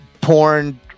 porn